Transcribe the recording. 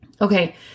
Okay